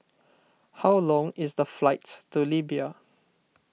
how long is the flight to Libya